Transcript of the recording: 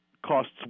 costs